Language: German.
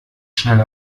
schnell